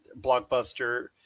Blockbuster